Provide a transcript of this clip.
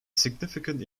significant